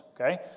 okay